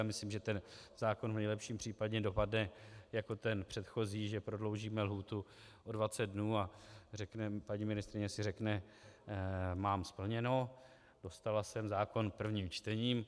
Já myslím, že ten zákon v nejlepším případě dopadne jako ten předchozí, že prodloužíme lhůtu o dvacet dnů a paní ministryně si řekne: mám splněno, dostala jsem zákon prvním čtením.